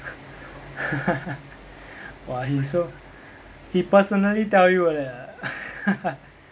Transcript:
!wah! he is so he personally tell you that ah